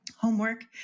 homework